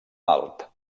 alt